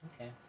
Okay